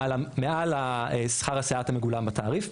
מעל השכר הסייעת המגולם בתעריף,